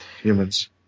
Humans